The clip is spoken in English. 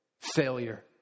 Failure